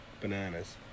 bananas